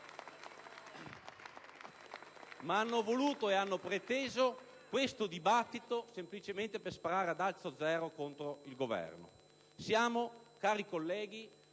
hanno voluto e preteso questo dibattito semplicemente per sparare ad alzo zero contro il Governo. Siamo, cari colleghi,